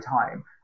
time